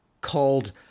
called